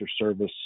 service